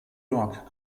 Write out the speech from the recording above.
york